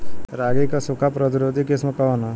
रागी क सूखा प्रतिरोधी किस्म कौन ह?